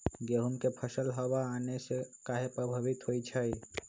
गेंहू के फसल हव आने से काहे पभवित होई छई?